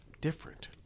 different